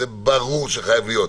זה ברור שחייב להיות,